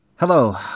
Hello